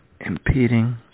impeding